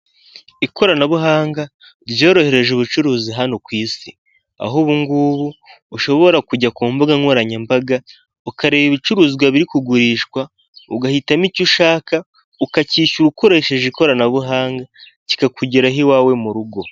Ikoranabuhanga ryorohereje ubucuruzi hano ku isi, aho ubungubu ushobora kujya ku mbuga nkoranyambaga ukareba ibicuruzwa biri kugurishwa, ugahitamo icyo ushaka ukacyishyura ukoresheje ikoranabuhanga, kikakugeraho iwawe mu rugo.